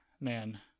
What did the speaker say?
Man